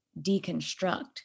deconstruct